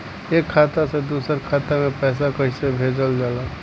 एक खाता से दूसरा खाता में पैसा कइसे भेजल जाला?